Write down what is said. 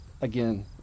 again